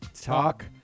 talk